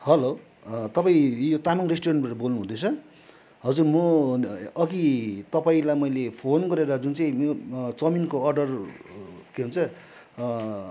hello तपाईँ यो तामाङ रेस्टुरेन्टबाट बोल्नुहुँदैछ हजुर म अघि तपाईँलाई मैले फोन गरेर जुन चाहिँ चाउमिनको अर्डर के भन्छ